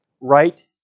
right